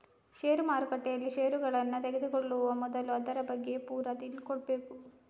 ಷೇರು ಮಾರುಕಟ್ಟೆಯಲ್ಲಿ ಷೇರುಗಳನ್ನ ತೆಗೆದುಕೊಳ್ಳುವ ಮೊದಲು ಅದರ ಬಗ್ಗೆ ಪೂರ ತಿಳ್ಕೊಬೇಕು